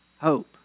hope